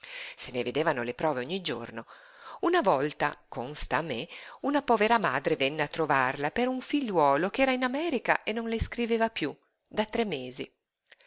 se ne vedevano le prove ogni giorno una volta consta a me una povera madre venne a trovarla per un figliuolo ch'era in america e non le scriveva piú da tre mesi